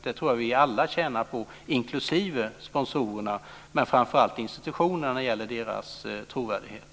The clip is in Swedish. Det tror jag att vi alla tjänar på, inklusive sponsorerna, och framför allt institutionernas trovärdighet.